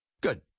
Good